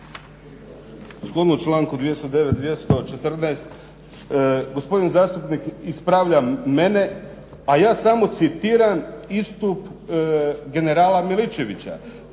Shodno članku 209., 214. gospodin zastupnik ispravlja mene, a ja samo citiram istup generala Miličevića,